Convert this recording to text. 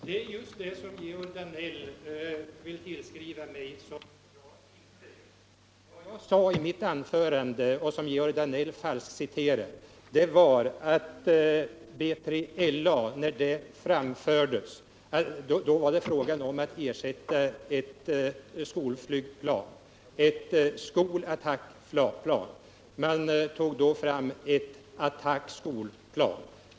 Herr talman! Det som Georg Danell vill pådyvla mig har jag inte sagt. Vad jag sade i mitt anförande i den del, där Georg Danell falskciterade mig, var att det när förslaget om B3LA framfördes bara var fråga om att ersätta ett skoloch attackplan. Man tog då fram ett attackoch skolflygplan.